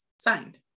signed